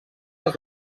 les